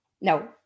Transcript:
no